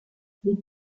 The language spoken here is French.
des